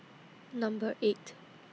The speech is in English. Number eight